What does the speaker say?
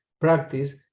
practice